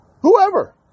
whoever